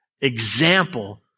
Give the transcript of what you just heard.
example